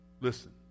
Listen